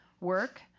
Work